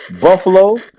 buffalo